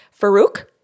Farouk